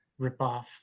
ripoff